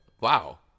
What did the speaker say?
Wow